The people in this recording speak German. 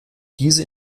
diese